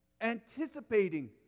anticipating